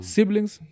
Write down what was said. Siblings